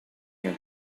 here